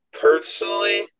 personally